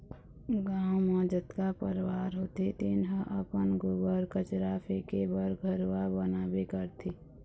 गाँव म जतका परवार होथे तेन ह अपन गोबर, कचरा फेके बर घुरूवा बनाबे करथे